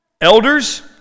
elders